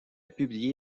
publié